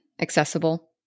accessible